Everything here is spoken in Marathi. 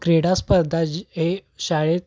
क्रीडास्पर्धा जी हे शाळेत